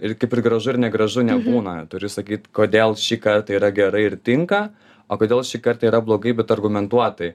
ir kaip ir gražu ir negražu nebūna turiu sakyt kodėl šįkart tai yra gerai ir tinka o kodėl šį kartą yra blogai bet argumentuotai